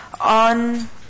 on